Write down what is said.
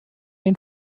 den